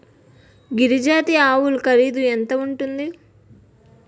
గిరి జాతి ఆవులు ఖరీదు ఎంత ఉంటుంది?